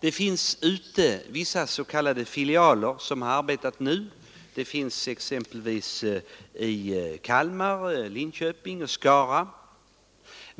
Det finns vissa s.k. filialer som nu har arbetat — exempelvis i Kalmar, Linköping och Skara.